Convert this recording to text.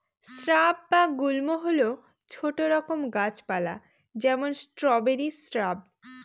shrub বা গুল্ম হল ছোট রকম গাছ পালা যেমন স্ট্রবেরি শ্রাব